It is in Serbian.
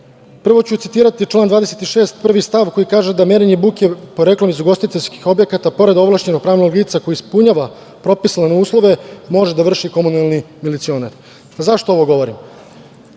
radi. Prvo ću citirati član 26. prvi stav, koji kaže da merenje buke poreklom iz ugostiteljskih objekata pored ovlašćenog pravnog lica koje ispunjava propisane uslove može da vrši komunalni milicionar.Zašto ovo govorim?